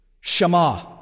Shema